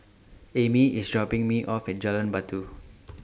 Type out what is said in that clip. Ammie IS dropping Me off At Jalan Batu